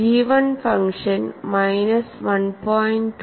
G 1 function minus 1